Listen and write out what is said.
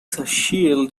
shield